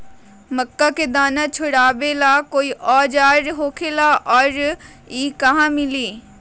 मक्का के दाना छोराबेला कोई औजार होखेला का और इ कहा मिली?